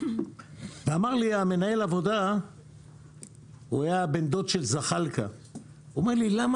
אמר לי מנהל העבודה שהיה בן דוד של זחאלקה: למה